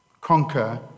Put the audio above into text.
Conquer